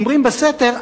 אומרים בסתר,